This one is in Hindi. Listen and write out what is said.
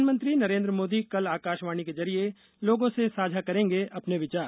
प्रधानमंत्री नरेन्द्र मोदी कल आकाशवाणी के जरिए लोगों से सांझा करेंगे अपने विचार